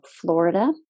Florida